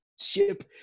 ship